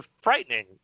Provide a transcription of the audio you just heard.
frightening